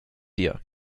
dir